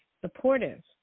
supportive